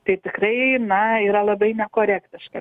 tai tikrai na yra labai nekorektiška